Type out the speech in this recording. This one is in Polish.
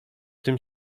tym